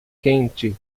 quente